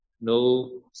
no